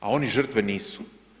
A oni žrtve nisu.